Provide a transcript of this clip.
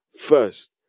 first